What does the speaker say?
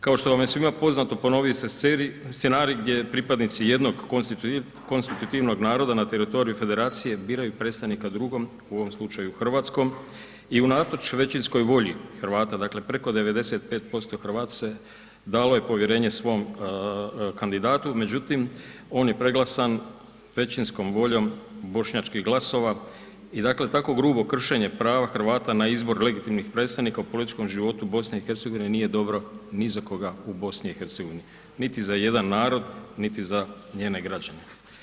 Kao što vam je svima poznato, ponovio se scenarij gdje pripadnici jednog konstitutivnog naroda na teritoriju federacije biraju predstavnika drugom u ovom slučaju hrvatskom i unatoč većinskoj volji Hrvata dakle, preko 95% Hrvata dalo je povjerenje svom kandidatu međutim on je preglasan većinskom voljom bošnjačkih glasova i dakle tako grubo kršenje prava Hrvata na izbor legitimnih predstavnika u političkom životu BiH-a, nije dobro ni za koga u BiH-u, niti za jedan narod, niti za njene građane.